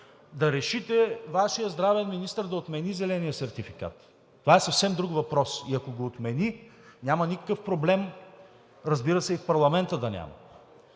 да решите Вашият здравен министър да отмени зеления сертификат. Това е съвсем друг въпрос. Ако го отмени, няма никакъв проблем, разбира се, и в парламента да няма.